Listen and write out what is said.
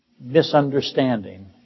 misunderstanding